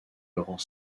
laurent